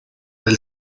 del